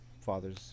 Father's